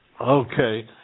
Okay